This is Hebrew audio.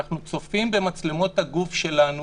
אנחנו צופים במצלמות הגוף שלנו